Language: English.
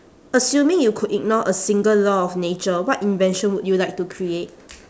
assuming you could ignore a single law of nature what invention would you like to create